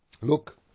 Look